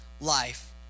life